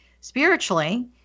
spiritually